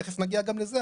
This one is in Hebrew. תכף נגיע גם לזה,